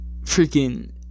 Freaking